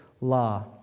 law